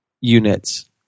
units